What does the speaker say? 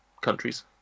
countries